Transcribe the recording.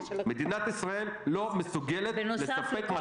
מדינת ישראל לא מסוגלת לספק 200 בדיקות.